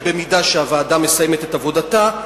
ובמידה שהוועדה מסיימת את עבודתה,